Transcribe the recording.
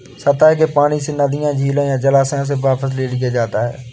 सतह के पानी से नदियों झीलों या जलाशयों से वापस ले लिया जाता है